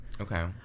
Okay